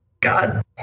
God